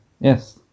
yes